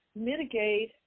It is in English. mitigate